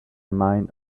mind